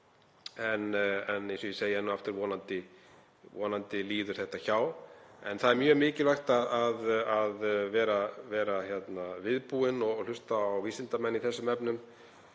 En eins og ég segi enn og aftur: Vonandi líður þetta hjá. Það er mjög mikilvægt að vera viðbúin og hlusta á vísindamenn í þessum efnum